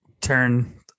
turn